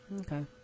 okay